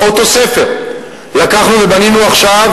"אוטוספר" לקחנו ובנינו עכשיו,